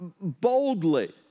boldly